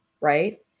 right